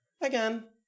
again